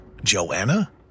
Joanna